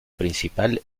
principal